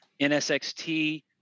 NSXT